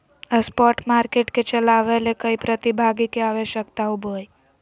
spot market के चलावय ले कई प्रतिभागी के आवश्यकता होबो हइ